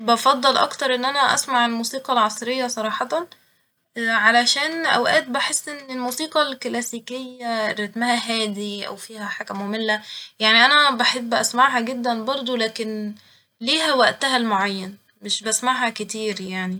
بفضل اكتر ان انا اسمع الموسيقى العصرية صراحة علشان اوقات بحس ان الموسيقى الكلاسيكية رتمها هادي او فيها حاجة مملة ، يعني انا بحب اسمعها جدا برضه لكن ليها وقتها المعين مش بسمعها كتير يعني